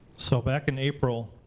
so back in april,